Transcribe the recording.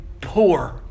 poor